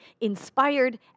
Inspired